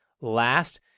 Last